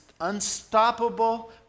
unstoppable